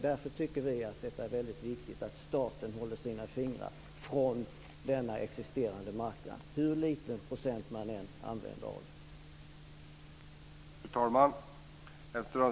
Därför tycker vi att det är viktigt att staten håller sina fingrar från den existerande marknaden, hur liten procent det än är fråga om.